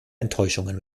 enttäuschungen